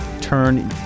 turn